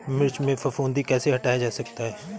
मिर्च में फफूंदी कैसे हटाया जा सकता है?